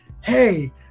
hey